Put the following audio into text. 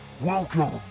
Welcome